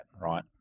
right